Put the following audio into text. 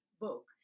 book